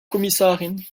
kommissarin